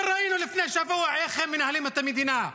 אבל ראינו לפני שבוע איך הם מנהלים את המדינה,